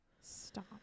Stop